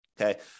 okay